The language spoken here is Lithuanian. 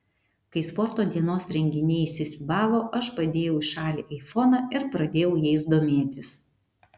kai sporto dienos renginiai įsisiūbavo aš padėjau į šalį aifoną ir pradėjau jais domėtis